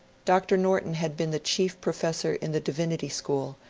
dr. norton had. been the chief professor in the divinity school,